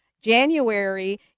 January